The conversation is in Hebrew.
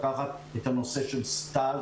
לקחת את הנושא של התמחות